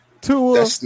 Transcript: Tua